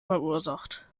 verursacht